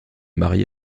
marié